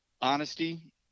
honesty